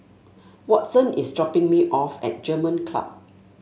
Watson is dropping me off at German Club